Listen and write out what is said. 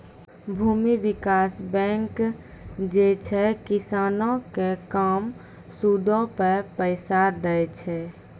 भूमि विकास बैंक जे छै, किसानो के कम सूदो पे पैसा दै छे